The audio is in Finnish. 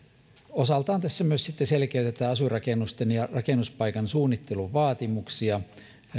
osaltaan tässä myös sitten selkeytetään asuinrakennusten ja rakennuspaikan suunnittelun vaatimuksia ja